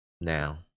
Now